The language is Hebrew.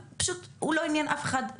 זה לא עניין אף אחד,